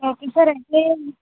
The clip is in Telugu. ఓకే సార్ అయితే